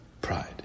pride